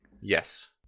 Yes